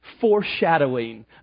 foreshadowing